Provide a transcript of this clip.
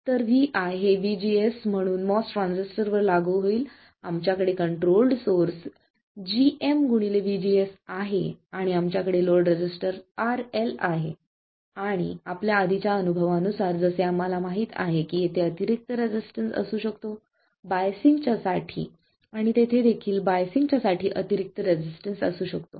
तर vi हे vGS म्हणून MOS ट्रान्झिस्टरवर लागू होईल आमच्याकडे कंट्रोल्ड सोर्स gm vGS आहे आणि आमच्याकडे लोड रेझिस्टर RL आहे आणि आपल्या आधीच्या अनुभवानुसार जसे आम्हाला माहित आहे की येथे अतिरिक्त रेजिस्टन्स असू शकतो बायसिंगच्या साठी आणि तेथे देखील बायसिंगच्या साठी अतिरिक्त रेजिस्टन्स असू शकतो